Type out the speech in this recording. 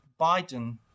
Biden